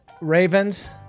Ravens